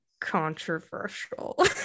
controversial